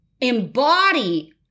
embody